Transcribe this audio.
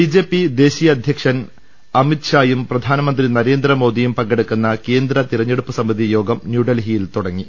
ബിജെ P ദേശീയ അധ്യൻ അമിത്ഷായും പ്രധാനമന്ത്രി നർന്ദ്രമോദിയും പങ്കെ ടുക്കുന്ന കേന്ദ്ര തെരഞ്ഞെടുപ്പ് സമിതി യോഗം ന്യൂഡൽഹിയിൽ തുട ങ്ങി